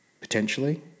potentially